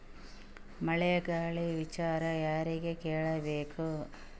ಮಳೆ ಗಾಳಿ ವಿಚಾರ ಯಾರಿಗೆ ಕೇಳ್ ಬೇಕು?